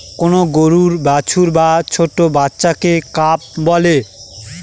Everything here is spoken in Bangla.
কোন গরুর বাছুর বা ছোট্ট বাচ্চাকে কাফ বলে